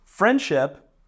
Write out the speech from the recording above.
Friendship